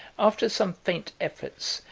after some faint efforts,